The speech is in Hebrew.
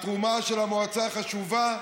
התרומה של המועצה חשובה.